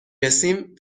رسیم